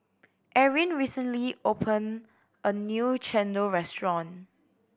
Erin recently opened a new chendol restaurant